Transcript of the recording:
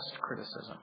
criticism